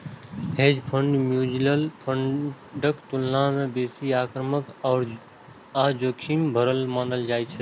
hedge fund mutual फंडक तुलना मे बेसी आक्रामक आ जोखिम भरल मानल जाइ छै